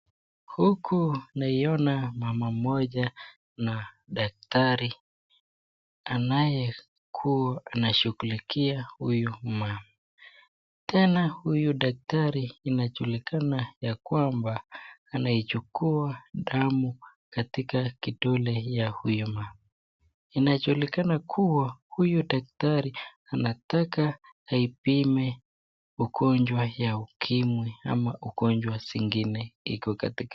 Huku naona mama mmoja na daktari anayekuwa anashughulikia huyu mama. Tena huyu daktari inajulikana ya kwamba anachukua damu katika kidole ya huyu mama. Inajulikana kuwa huyu daktari anataka apime ugonjwa ya ukimwi au ugonjwa zingine.